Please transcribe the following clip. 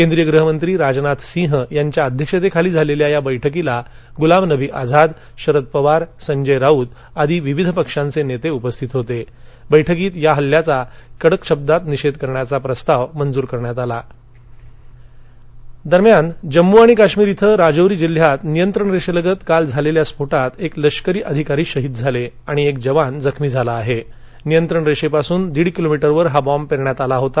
केंद्रीय गृहमंत्री राजनाथ सिंह यांच्या अध्यक्षतखली झालल्या या बैठकीला गुलाम नवी आझाद शरद पवार संजय राऊत आदी विविध पक्षाच नित्ताउपस्थित होता बैठकीत या हल्ल्याचा कडक शब्दांत निंदा करणारा प्रस्ताव यावळी मंजूर करण्यात आला जम्मू आणि काश्मीर दरम्यान जम्मु आणि काश्मिर यधील राजौरी जिल्ह्यात नियंत्रण रक्तित काल झालखा स्फोटात एक लष्करी अधिकारी शहीद झालआणि एक जवान जखमी झाला आह नियंत्रण राजिसून दिड किलोमीटरवर हा बॉम्ब प्रख्यात आला होता